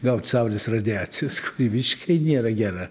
gaut saulės radiacijos kuri viškai nėra gera